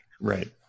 right